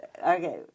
Okay